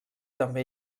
també